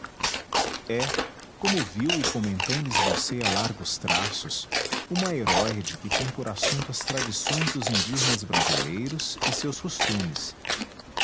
é como viu e como então lhe esbocei a largos traços uma heróide que tem por assunto as tradições dos indígenas brasileiros e seus costumes